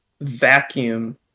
vacuum